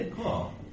Cool